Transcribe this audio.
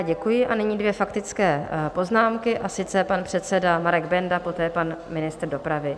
Děkuji a nyní dvě faktické poznámky, a sice pan předseda Marek Benda, poté pan ministr dopravy.